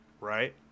right